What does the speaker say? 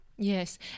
Yes